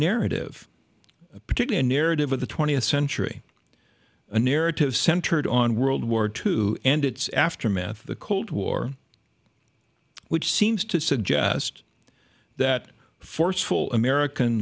narrative a particular narrative of the twentieth century a narrative centered on world war two and its aftermath of the cold war which seems to suggest that forceful american